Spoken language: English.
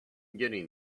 getting